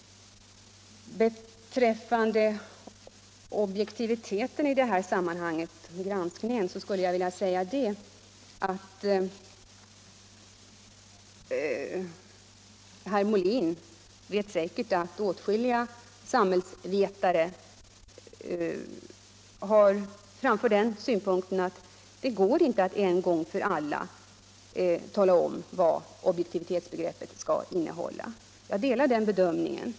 Beträffande objektiviteten vid granskningen skulle jag vilja säga att herr Molin säkerligen känner till att åtskilliga samhällsvetare har framfört den uppfattningen att det inte går att en gång för alla tala om vad objektivitetsbegreppet skall innehålla. Jag delar den bedömningen.